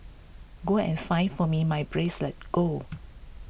go and find for me my bracelet go